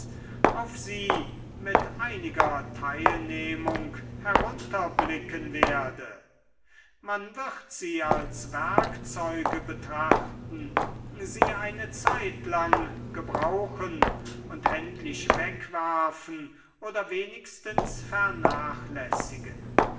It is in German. auf sie mit einiger teilnehmung herunterblicken werde man wird sie als werkzeuge betrachten sie eine zeitlang gebrauchen und endlich wegwerfen oder wenigstens vernachlässigen